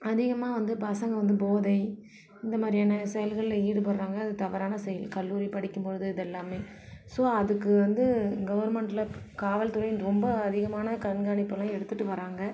அதிகமாக வந்து பசங்க வந்து போதை இந்த மாதிரியான செயல்களில் ஈடுபடுகிறாங்க அது தவறான செயல் கல்லூரி படிக்கும் போது இதெல்லாமே ஸோ அதுக்கு வந்து கவர்மென்ட்டில் காவல்துறை ரொம்ப அதிகமான கண்காணிப்பபெல்லாம் எடுத்துகிட்டு வராங்க